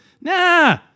Nah